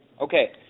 Okay